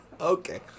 Okay